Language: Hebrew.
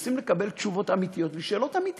מנסים לקבל תשובות אמיתיות על שאלות אמיתיות: